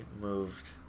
moved